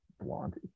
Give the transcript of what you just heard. Blondie